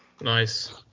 Nice